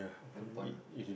good point